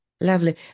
lovely